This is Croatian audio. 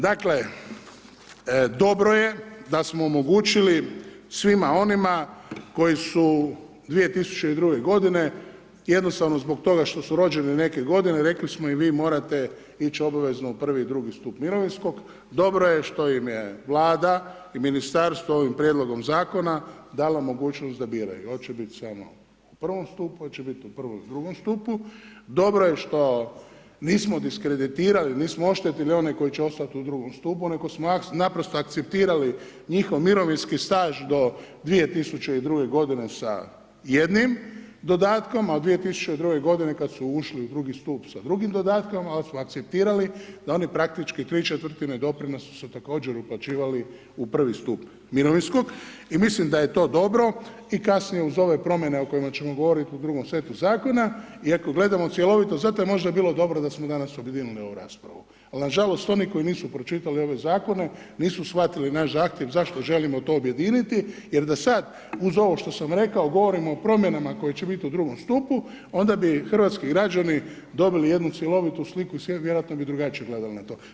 Dakle, dobro je da smo omogućili svima onima koji su 2002. godine, jednostavno zbog toga što su rođeni neke godine, rekli smo i vi morate ići obavezno u prvi i drugi stup mirovinskog, dobro je što ime je Vlada i Ministarstvo ovim Prijedlogom Zakona dala mogućnost da biraju, hoće bit samo u prvom stupu, hoće bit u prvom i drugom stupu, dobro je što nismo diskreditirali, nismo oštetili one koji će ostati u drugom stupu, nego smo naprosto akceptirali njihov mirovinski staž do 2002. godine sa jednim dodatkom, a od 2002. godine kad su ušli u drugi stup sa drugim dodatkom, onda smo akceptirali da oni praktički ¾ doprinosa su također uplaćivali u prvi stup mirovinskog, i mislim da je to dobro, i kasnije uz ove promjene o kojima ćemo govoriti u drugom setu Zakona, i ako gledamo cjelovito, ... možda bi bilo dobro da smo danas objedinili ovu raspravu, ali nažalost oni koji nisu pročitali ove Zakone, nisu shvatili naš zahtjev zašto želimo to objediniti, jer da sad uz ovo što sam rekao, govorimo o promjenama koje će biti u drugom stupu, onda bi hrvatski građani dobili jednu cjelovitu sliku i sve vjerojatno bi drugačije gledali na to.